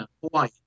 Hawaii